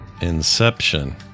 Inception